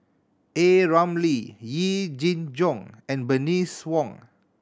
A Ramli Yee Jenn Jong and Bernice Wong